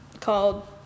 Called